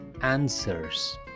answers